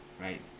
Right